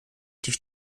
durch